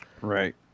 Right